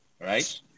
right